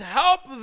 help